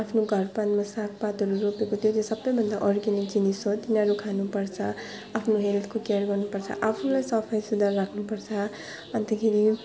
आफ्नो घरबारमा सागपातहरू रोपेको त्यो चाहिँ सबैभन्दा अर्ग्यानिक जिनिस हो तिनीहरू खानुपर्छ आफ्नो हेल्थको केयर गर्नुपर्छ आफ्नो सफा सुधार राख्नुपर्छ अन्तखेरि